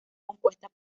compuesta